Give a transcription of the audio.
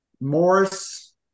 Morris